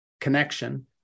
connection